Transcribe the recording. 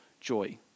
joy